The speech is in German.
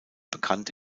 bekannt